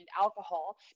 alcohol